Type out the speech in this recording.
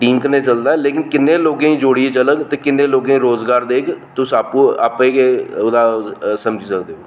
team कन्नै चलदा लेकिन किन्ने लोकें गी जोड़ी चलग किन्ने लोकें गी रोजगार देग तुस आपूं आपें गै ओह्दा समझी सकदे ओ